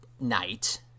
night